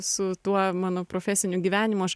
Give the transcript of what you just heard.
su tuo mano profesiniu gyvenimu aš